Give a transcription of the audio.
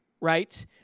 right